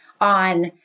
on